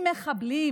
ממחבלים,